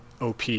OP